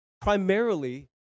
primarily